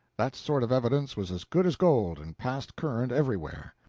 that sort of evidence was as good as gold, and passed current everywhere.